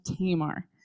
Tamar